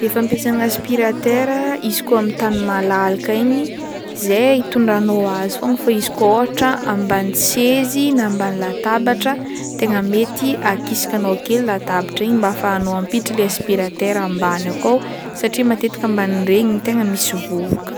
Le fampiasagna aspiratera izy koa amy tany malalaka igny, zay hitondranao azy fogna fa izy koa ôhatra ambany sezy na ambany latabatra tegna akisakanao latabatra igny mba ahafahanao mampiditra le aspiratera ambany akao satria matetiky ambanin-dregny no tegna misy vovoka.